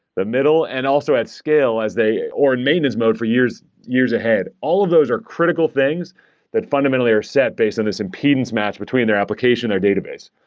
the middle and also at scale as they or and maintenance mode for years years ahead? all of those are critical things that, fundamentally, are set based on this impedance match between their application or database.